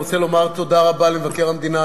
אני רוצה לומר תודה רבה למבקר המדינה,